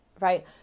right